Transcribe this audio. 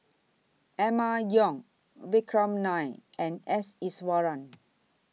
Emma Yong Vikram Nair and S Iswaran